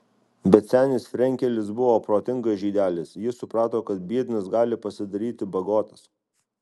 bet senis frenkelis buvo protingas žydelis jis suprato kad biednas gali pasidaryti bagotas